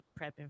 prepping